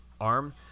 arm